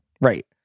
Right